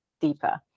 deeper